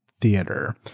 theater